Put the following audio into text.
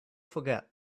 forget